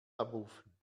abrufen